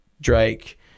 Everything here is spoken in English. Drake